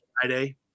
Friday